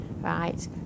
right